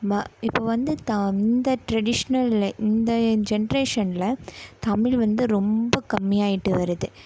ம இப்போ வந்து த இந்த ட்ரெடிஷ்னல் இந்த ஜென்ரேஷனில் தமிழ் வந்து ரொம்ப கம்மியாகிட்டு வருது